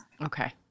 Okay